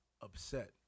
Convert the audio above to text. upset